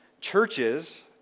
Churches